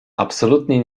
absolutnie